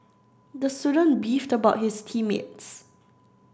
the student beefed about his team mates